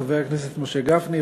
חבר הכנסת משה גפני,